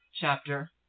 chapter